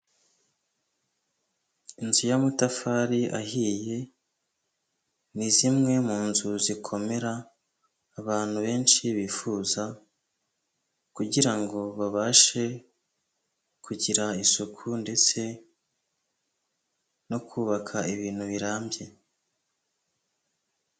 Inzu y'amatafari ahiye ni zimwe mu nzu zikomera abantu benshi bifuza, kugira ngo babashe kugira isuku ndetse no kubaka ibintu birambye.